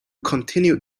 continued